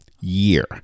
year